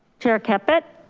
chair caput.